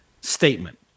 statement